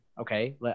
Okay